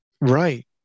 Right